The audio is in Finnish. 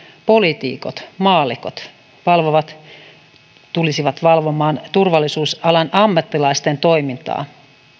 poliitikot maallikot tulisivat valvomaan turvallisuusalan ammattilaisten toimintaa